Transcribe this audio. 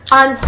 on